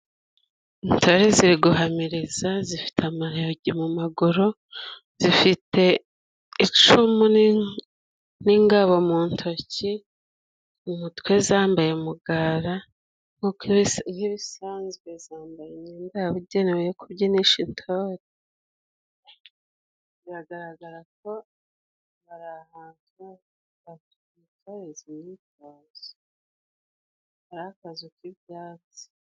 Intorehe ziri guhamiriza zifite amayogi mu maguru. Zifite icumu n'ingabo mu ntoki, mu mutwe zambaye umugara. Nk'ibisanzwe zambaye imyenda yabugenewe yo kubyinisha intore. Biragaragara ko bari ahantu bitoreza imyitozo, hari akazu k'ibyatsi.